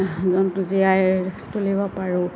জন্তু জীয়াই তুলিব পাৰোঁ